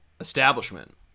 Establishment